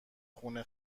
خونه